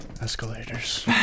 Escalators